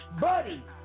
Buddy